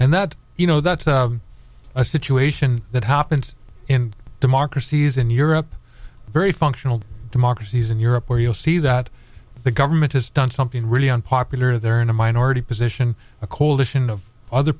and that you know that's a situation that happens in democracies in europe very functional democracies in europe where you'll see that the government has done something really unpopular they're in a minority position a coalition of other